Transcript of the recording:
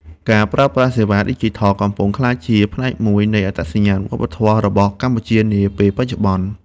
ការប្រើប្រាស់សេវាឌីជីថល កំពុងក្លាយជាផ្នែកមួយនៃអត្តសញ្ញាណវប្បធម៌របស់កម្ពុជានាពេលបច្ចុប្បន្ន។